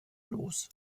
los